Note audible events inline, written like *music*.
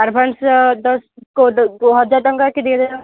advance ଦଶ *unintelligible* ହଜାର ଟଙ୍କା କି ଦୁଇ ହଜାର ଟଙ୍କା